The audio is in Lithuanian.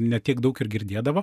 ne tiek daug ir girdėdavo